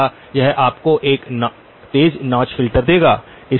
क्या यह आपको एक तेज नौच फिल्टर देता है